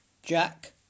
Jack